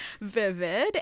vivid